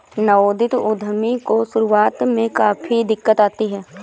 नवोदित उद्यमी को शुरुआत में काफी दिक्कत आती है